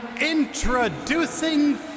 introducing